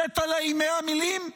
צעטלע עם 100 מילים?